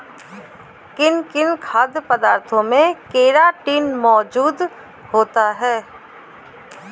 किन किन खाद्य पदार्थों में केराटिन मोजूद होता है?